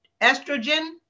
estrogen